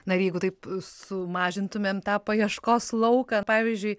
na jeigu taip sumažintumėm tą paieškos lauką pavyzdžiui